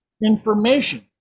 information